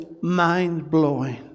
mind-blowing